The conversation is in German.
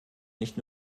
nicht